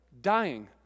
dying